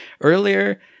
earlier